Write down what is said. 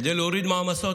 כדי להוריד מעמסה.